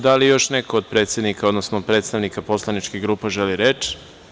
Da li još neko od predsednika, odnosno od predstavnika poslaničkih grupa želi reč?